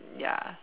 ya